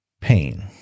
pain